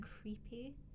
creepy